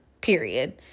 Period